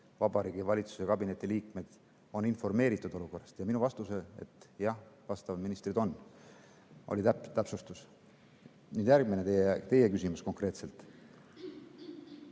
Vabariigi Valitsuse kabineti liikmed on informeeritud olukorrast, ja minu vastus oli, et jah, vastavad ministrid on. See oli täpsustus. Nüüd teie küsimus konkreetselt.